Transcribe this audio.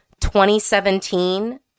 2017